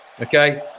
okay